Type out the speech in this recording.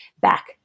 back